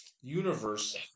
universe